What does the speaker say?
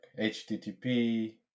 HTTP